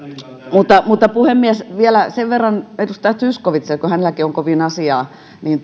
puhemies vielä sen verran edustaja zyskowiczille kun hänelläkin on kovin asiaa